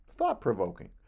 thought-provoking